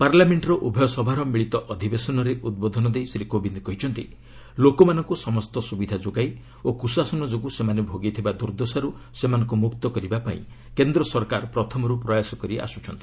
ପାର୍ଲାମେଣ୍ଟର ଉଭୟ ସଭାର ମିଳିତ ଅଧିବେଶନରେ ଉଦ୍ବୋଧନ ଦେଇ ଶ୍ରୀ କୋବିନ୍ଦ କହିଛନ୍ତି ଲୋକମାନଙ୍କୁ ସମସ୍ତ ସୁବିଧା ଯୋଗାଇ ଓ କୁଶାସନ ଯୋଗୁଁ ସେମାନେ ଭୋଗିଥିବା ଦୂର୍ଦ୍ଦଶାରୁ ସେମାନଙ୍କୁ ମୁକ୍ତ କରିବା ପାଇଁ କେନ୍ଦ୍ର ସରକାର ପ୍ରଥମରୁ ପ୍ରୟାସ କରି ଆସ୍କୁଛନ୍ତି